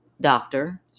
doctor